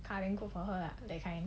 go for her lah that kind